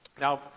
Now